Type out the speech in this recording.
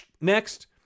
next